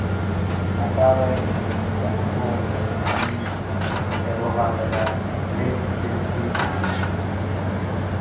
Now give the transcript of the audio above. ᱟᱸᱠᱟᱣ ᱨᱮ ᱡᱟᱦᱟᱸ ᱠᱚ ᱤᱧ ᱵᱮᱵᱚᱦᱟᱨ ᱞᱮᱫᱟ ᱞᱮᱰ ᱯᱮᱱᱥᱤᱞ